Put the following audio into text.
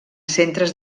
centres